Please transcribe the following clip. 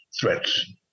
threats